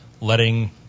letting